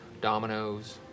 dominoes